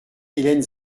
hélène